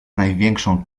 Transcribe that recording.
największą